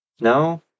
No